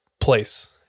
place